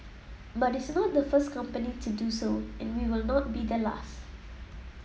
but it's not the first company to do so and will not be the last